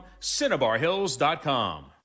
CinnabarHills.com